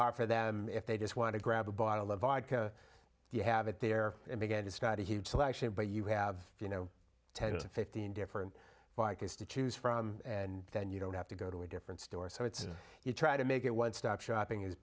for them if they just want to grab a bottle of vodka you have it there and began to study huge selection but you have you know ten to fifteen different bikers to choose from and then you don't have to go to a different store so it's you try to make it one stop shopping as